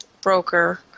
broker